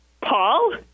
Paul